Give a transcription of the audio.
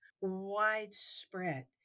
widespread